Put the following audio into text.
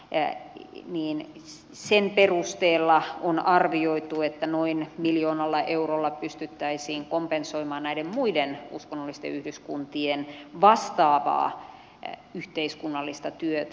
green line sen perusteella kokoamaan työryhmään että noin miljoonalla eurolla pystyttäisiin kompensoimaan muiden uskonnollisten yhdyskuntien vastaavaa yhteiskunnallista työtä